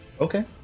Okay